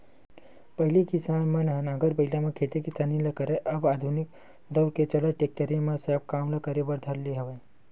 पहिली किसान मन ह नांगर बइला म खेत किसानी करय अब आधुनिक दौरा के चलत टेक्टरे म सब काम ल करे बर धर ले हवय